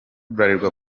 bralirwa